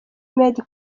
maid